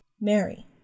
Mary